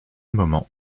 moment